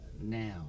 Now